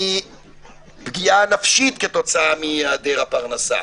מפגיעה נפשית כתוצאה מהיעדר הפרנסה,